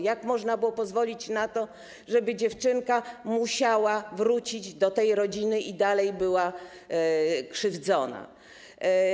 Jak można było pozwolić na to, żeby dziewczynka musiała wrócić do tej rodziny i dalej była krzywdzona.